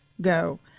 go